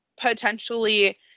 potentially